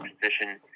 position